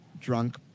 drunk